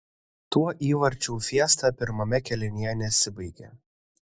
tuo įvarčių fiesta pirmame kėlinyje nesibaigė